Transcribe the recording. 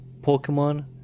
Pokemon